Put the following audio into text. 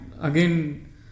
again